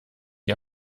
die